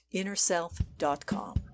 InnerSelf.com